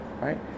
right